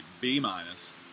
B-minus